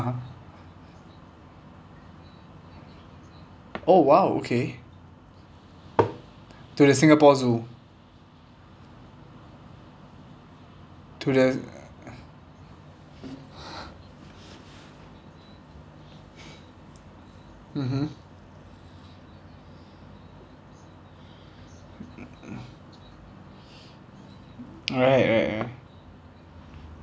oh !wow! okay to the singapore zoo to the mmhmm mm right right right